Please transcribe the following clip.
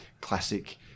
classic